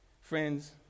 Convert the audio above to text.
Friends